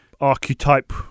archetype